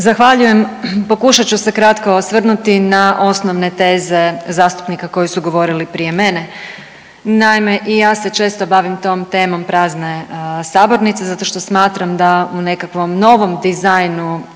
Zahvaljujem. Pokušat ću se kratko osvrnuti na osnovne teze zastupnika koji su govorili prije mene. Naime i ja se često bavim tom temom prazne sabornice zato što smatram da u nekakvom novom dizajnu